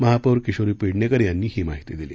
महापौर किशोरी पेडणेकर यांनी ही माहिती दिली